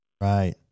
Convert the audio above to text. Right